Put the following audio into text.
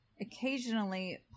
occasionally